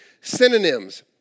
synonyms